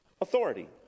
authority